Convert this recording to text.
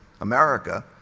America